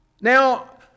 Now